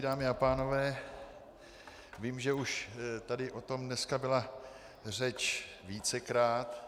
Dámy a pánové, vím, že už tady o tom dneska byla řeč vícekrát.